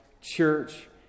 church